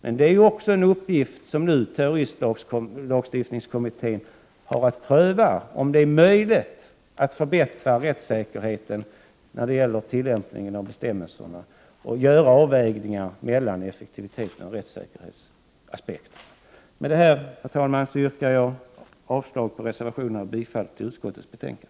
Men det är också en uppgift för terroristlagstiftningskommittén; den har att pröva om det är möjligt att förbättra rättssäkerheten när det gäller tillämpningen av bestämmelserna och att göra avvägningar mellan effektivitetsoch rättssäkerhetsaspekterna. Med det, herr talman, yrkar jag avslag på reservationerna och bifall till utskottets hemställan.